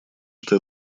что